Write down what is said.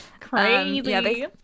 Crazy